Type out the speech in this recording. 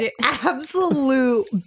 absolute